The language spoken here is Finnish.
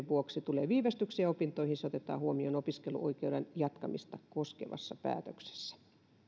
vuoksi tulee viivästyksiä opintoihin se otetaan huomioon opiskeluoikeuden jatkamista koskevassa päätöksessä